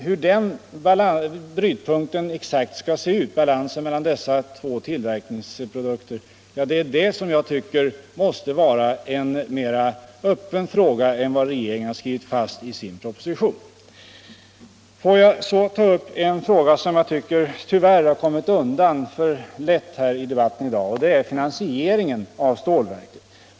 Hur balansen mellan dessa två tillverkningar exakt skall se ut tycker jag måste vara en mera öppen fråga än vad regeringen har skrivit fast i sin proposition. Får jag så ta upp en fråga som jag tycker tyvärr har kommit undan för lätt här i debatten i dag. Det gäller finansieringen av stålverket.